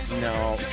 No